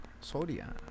Soria